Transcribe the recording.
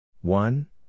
one